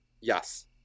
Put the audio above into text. Yes